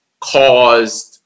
caused